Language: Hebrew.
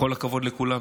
בכל הכבוד לכולם,